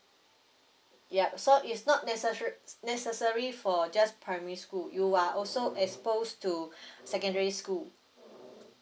yup so it's not necessa~ necessary for just primary school you are also exposed to secondary school